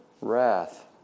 wrath